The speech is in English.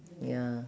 ya